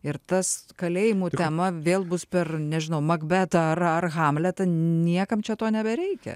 ir tas kalėjimų tema vėl bus per nežinau makbetą ar hamletą niekam čia to nebereikia